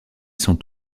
sont